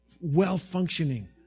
well-functioning